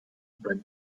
but